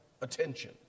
attention